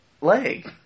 leg